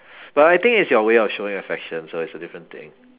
but I think it's your way of showing affection so it's a different thing